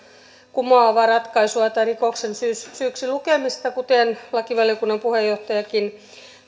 kumoavaa ratkaisua tai rikoksen syyksi lukemista kuten lakivaliokunnan puheenjohtajakin